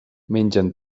mengen